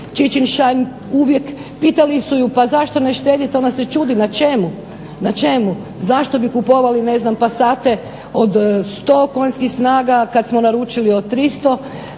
Čičin Šajn uvijek pitali su ju pa zašto ne štedite? Ona se čudi, na čemu? Zašto bi kupovali ne znam pasate od 100 konjskih snaga kada smo naručili od 300?